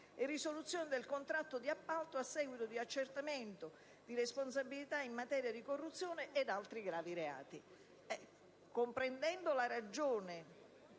la risoluzione del contratto di appalto a seguito di accertamento di responsabilità in materia di corruzione ed altri gravi reati. Comprendendo la ragione